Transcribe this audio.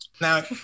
now